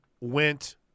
went